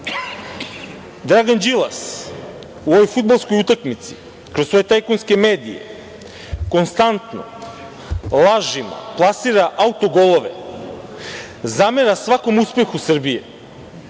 ništa. Dragan Đilas u ovoj fudbalskoj utakmici kroz svoje tajkunske medije konstantno lažima plasira autogolove, zamera svakom uspehu Srbije,